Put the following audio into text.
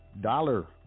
dollar